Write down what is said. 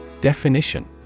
Definition